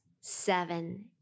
seven